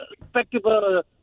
respectable